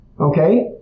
okay